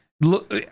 look